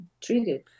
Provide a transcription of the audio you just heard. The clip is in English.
treated